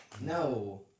No